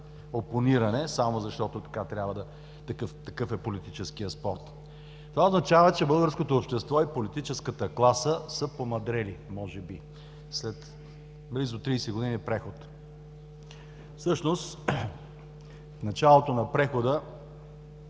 опониране само защото такъв е политическият спорт. Това означава, че българското общество и политическата класа са помъдрели може би след близо тридесет години преход. Всъщност в началото на прехода,